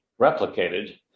replicated